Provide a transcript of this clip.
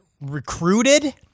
recruited